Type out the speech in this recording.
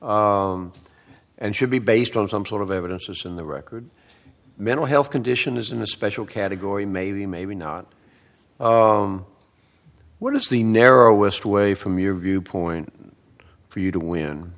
and should be based on some sort of evidence in the record mental health condition is in a special category maybe maybe not what is the narrowest way from your viewpoint for you to